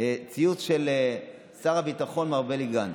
ציוץ של שר הביטחון מר בני גנץ: